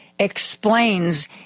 explains